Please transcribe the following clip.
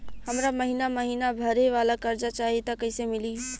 हमरा महिना महीना भरे वाला कर्जा चाही त कईसे मिली?